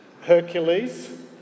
Hercules